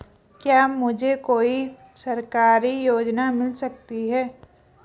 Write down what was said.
क्या मुझे कोई सरकारी योजना मिल सकती है?